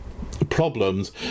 Problems